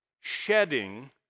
shedding